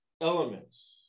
elements